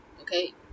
okay